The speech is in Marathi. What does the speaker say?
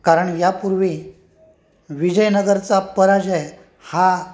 कारण यापूर्वी विजयनगरचा पराजय हा